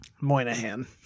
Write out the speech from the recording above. Moynihan